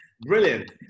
Brilliant